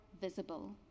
visible